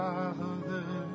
Father